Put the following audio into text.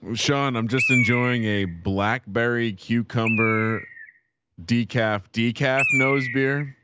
um sean, i'm just enjoying a blackberry cucumber decaf. decaf knows beer,